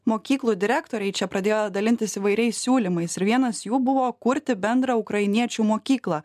mokyklų direktoriai čia pradėjo dalintis įvairiais siūlymais ir vienas jų buvo kurti bendrą ukrainiečių mokyklą